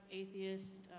atheist